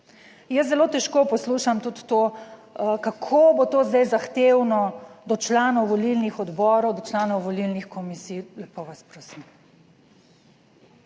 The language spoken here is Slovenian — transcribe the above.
Jaz zelo težko poslušam tudi to, kako bo to zdaj zahtevno do članov volilnih odborov, do članov volilnih komisij, lepo vas prosim.